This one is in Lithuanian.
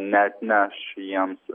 neatneš jiems